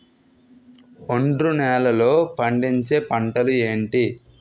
ఒండ్రు నేలలో పండించే పంటలు ఏంటి?